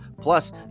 Plus